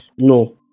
No